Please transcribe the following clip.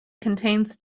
contains